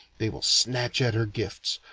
they will snatch at her gifts,